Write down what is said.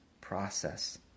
process